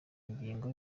ingingo